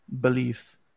belief